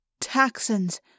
Taxons